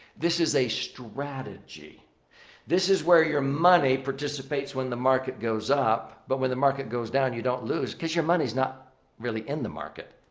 this is a strategy this is where your money participates when the market goes up but when the market goes down, you don't lose. because your money's not really in the market.